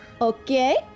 Okay